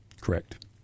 correct